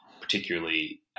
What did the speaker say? particularly